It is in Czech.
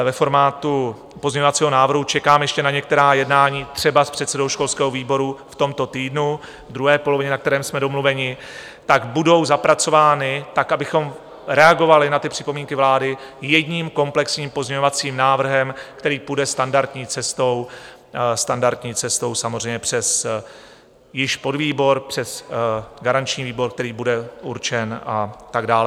ve formátu pozměňovacího návrhu čekám ještě na některá jednání, třeba s předsedou školského výboru v tomto týdnu, v druhé polovině, na kterém jsme domluveni budou zapracovány tak, abychom reagovali na připomínky vlády jedním komplexním pozměňovacím návrhem, který půjde standardní cestou, standardní cestou samozřejmě již, podvýbor, přes garanční výbor, který bude určen, a tak dále.